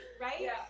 right